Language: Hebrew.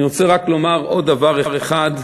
אני רוצה רק לומר עוד דבר אחד,